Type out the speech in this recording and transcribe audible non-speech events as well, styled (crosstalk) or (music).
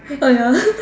oh no (laughs)